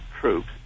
troops